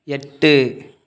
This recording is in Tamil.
எட்டு